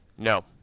No